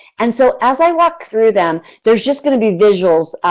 and so as i walk through them, there is just going to be visuals,